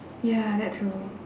ya that too